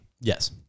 Yes